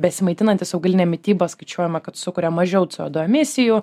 besimaitinantis augaline mityba skaičiuojama kad sukuria mažiau c o du emisijų